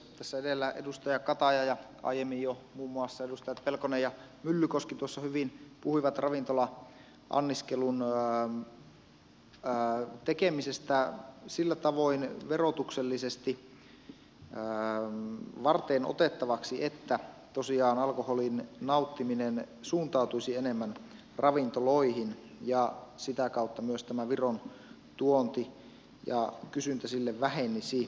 tässä edellä edustaja kataja ja aiemmin jo muun muassa edustajat pelkonen ja myllykoski hyvin puhuivat ravintola anniskelun tekemisestä sillä tavoin verotuksellisesti varteenotettavaksi että tosiaan alkoholin nauttiminen suuntautuisi enemmän ravintoloihin ja sitä kautta myös tämä viron tuonti ja kysyntä sille vähenisi